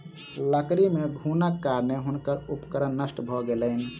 लकड़ी मे घुनक कारणेँ हुनकर उपकरण नष्ट भ गेलैन